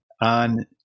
on